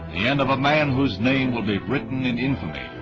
the end of a man whose name will be written in infamy